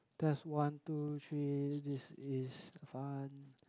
test one two three this is fun